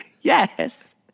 Yes